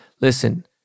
Listen